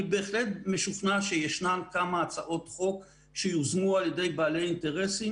בעוונותיי, מאמין בסיסמה “follow the money”.